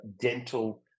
dental